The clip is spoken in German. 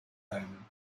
ein